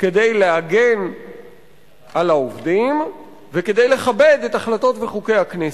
כדי להגן על העובדים וכדי לכבד את החלטות וחוקי הכנסת.